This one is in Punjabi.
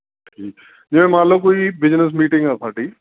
ਜੀ ਜਿਵੇਂ ਮੰਨ ਲਓ ਕੋਈ ਬਿਜ਼ਨਸ ਮੀਟਿੰਗ ਆ ਸਾਡੀ